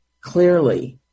Clearly